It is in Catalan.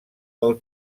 del